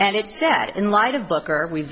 and it's that in light of booker we've